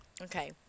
Okay